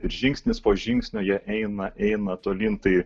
ir žingsnis po žingsnio jie eina eina tolyn tai